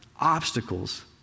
obstacles